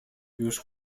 już